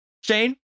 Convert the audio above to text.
Shane